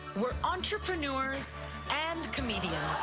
we're entrepreneurs and comedians.